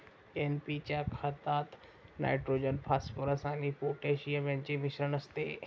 NP च्या खतात nitrogen, phosphorus आणि पोटॅशियम यांचे मिश्रण असते